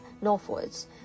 northwards